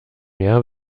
mehr